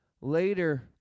Later